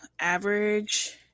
Average –